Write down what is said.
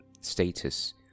status